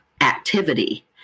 activity